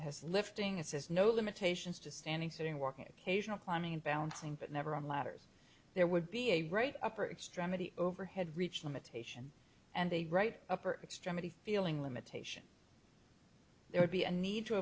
sketchy as lifting a says no limitations to standing sitting walking occasional climbing balancing but never on ladders there would be a right upper extremity overhead reached limitation and the right upper extremity feeling limitation there would be a need to